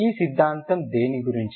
ఈ సిద్ధాంతం దేని గురించి